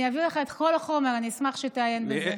אני אעביר לך את כל החומר, אני אשמח שתעיין בזה.